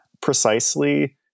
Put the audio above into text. precisely